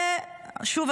שוב,